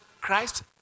Christ